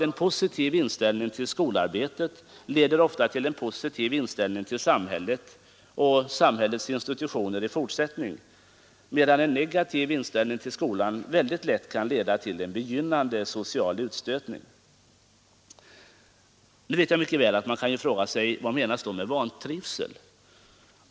En positiv inställning till skolarbetet leder ofta till en positiv inställning till samhället och dess institutioner i fortsättningen, medan en negativ inställning till skolan mycket lätt kan leda till begynnande samhällsutstötning. Nu kan man naturligtvis fråga sig vad som menas med vantrivsel.